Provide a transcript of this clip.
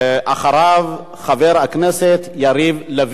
אחריו, חבר הכנסת יריב לוין,